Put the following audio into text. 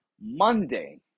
Monday